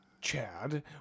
Chad